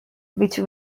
which